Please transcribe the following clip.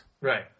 Right